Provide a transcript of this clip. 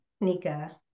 nika